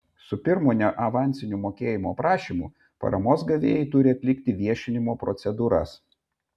su pirmu neavansiniu mokėjimo prašymu paramos gavėjai turi atlikti viešinimo procedūras